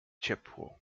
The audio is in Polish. ciepło